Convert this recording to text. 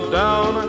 down